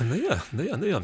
nu jo nu jo nu jo